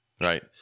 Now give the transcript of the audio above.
right